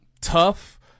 tough